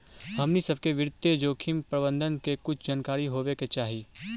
हमनी सब के वित्तीय जोखिम प्रबंधन के कुछ जानकारी होवे के चाहि